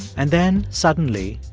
and then suddenly,